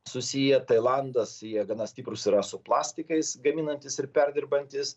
susiję tailandas jie gana stiprūs yra su plastikais gaminantys ir perdirbantys